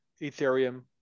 ethereum